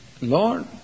Lord